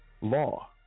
law